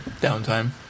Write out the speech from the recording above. Downtime